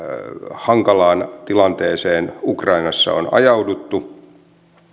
hankalaan tilanteeseen ukrainassa on ajauduttu